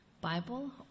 Bible